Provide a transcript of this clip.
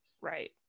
Right